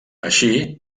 així